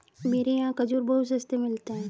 मेरे यहाँ खजूर बहुत सस्ते मिलते हैं